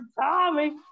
Tommy